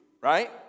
right